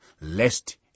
lest